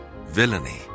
villainy